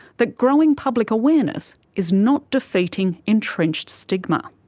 that growing public awareness is not defeating entrenched stigma.